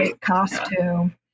costume